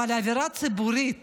אבל האווירה הציבורית